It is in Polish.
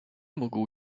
mógł